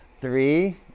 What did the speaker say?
three